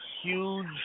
huge